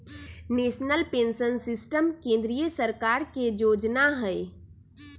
national pension system केंद्रीय सरकार के जोजना हइ